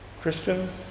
Christians